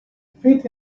fit